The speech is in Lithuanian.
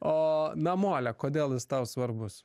o namolio kodėl jis tau svarbus